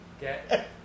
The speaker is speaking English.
Get